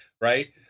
right